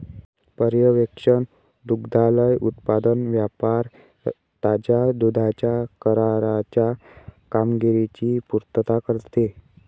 पर्यवेक्षण दुग्धालय उत्पादन व्यापार ताज्या दुधाच्या कराराच्या कामगिरीची पुर्तता करते